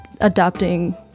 adapting